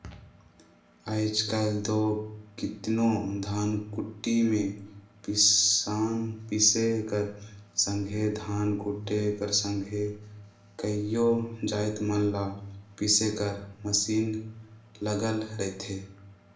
आएज काएल दो केतनो धनकुट्टी में पिसान पीसे कर संघे धान कूटे कर संघे कइयो जाएत मन ल पीसे कर मसीन लगल रहथे